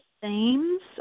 themes